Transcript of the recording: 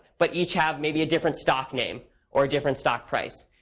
but each has maybe a different stock name or a different stock price.